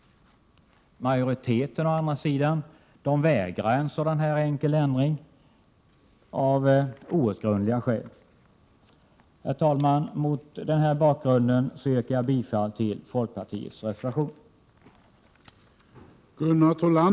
Majoriteten å andra sidan vägrar av outgrundliga skäl att gå med på en sådan enkel ändring. Herr talman! Mot den här bakgrunden yrkar jag bifall till folkpartiets reservation.